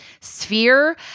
sphere